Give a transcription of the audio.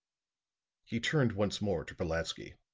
he turned once more to brolatsky.